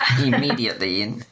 immediately